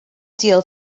ideal